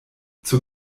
zur